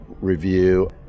review